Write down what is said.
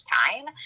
time